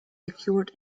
acquired